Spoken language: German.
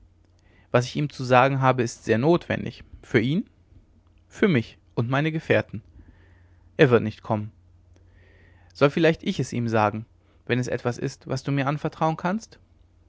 was ich ihm zu sagen habe ist sehr notwendig für ihn für mich und meine gefährten er wird nicht kommen soll vielleicht ich es ihm sagen wenn es etwas ist was du mir anvertrauen kannst